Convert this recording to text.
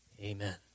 Amen